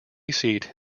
seat